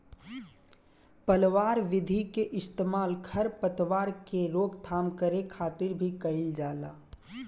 पलवार विधि के इस्तेमाल खर पतवार के रोकथाम करे खातिर भी कइल जाला